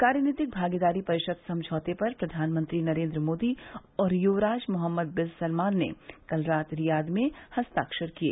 कार्यनीतिक भागीदारी परिषद समझौते पर प्रधानमंत्री नरेन्द्र मोदी और युवराज मोहम्मद बिन सलमान ने कल रात रियाद में हस्ताक्षर किए